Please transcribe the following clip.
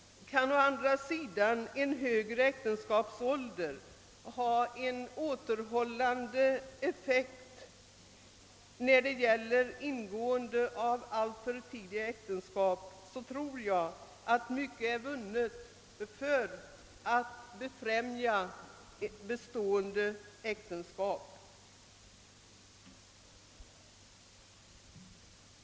Om å andra sidan en högre äktenskapsålder kan ha en återhållande effekt när det gäller att ingå alltför tidiga äktenskap, så tror jag att mycket vore vunnet för att skapa bestående äktenskap.